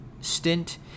stint